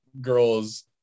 girls